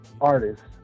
artists